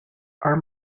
are